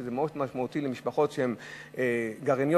שזה מאוד משמעותי למשפחות שהן גרעיניות,